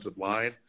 line